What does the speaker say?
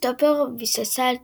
סטופר ביססה את